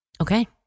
Okay